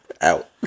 Out